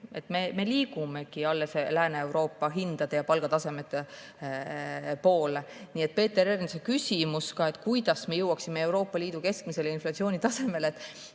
liigume Lääne-Euroopa hindade ja palgatasemete poole. Nii et Peeter Ernitsa küsimus, kuidas me jõuaksime Euroopa Liidu keskmisele inflatsioonitasemele